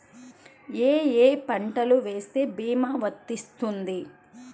ఏ ఏ పంటలు వేస్తే భీమా వర్తిస్తుంది?